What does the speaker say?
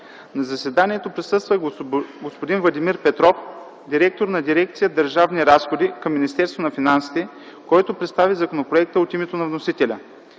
На заседанието присъства господин Владимир Петров – директор на дирекция „Държавни разходи” към Министерство на финансите, който представи законопроекта от името на вносителя.